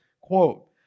quote